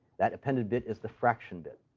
that appended bit is the fraction bit.